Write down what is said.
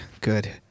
good